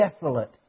desolate